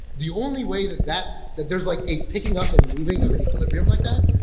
the only way that that that there's like a picking up and moving of an equilibrium like that,